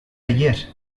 ayer